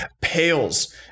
pales